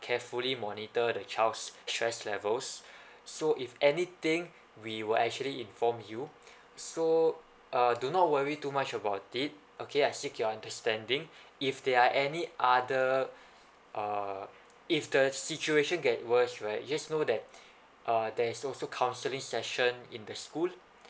carefully monitor the child's stress levels so if anything we will actually inform you so uh do not worry too much about it okay I seek your understanding if there are any other uh if the situation get worse right just know that uh there's also counselling session in the school